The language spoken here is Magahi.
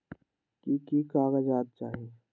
की की कागज़ात चाही?